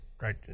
Right